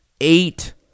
eight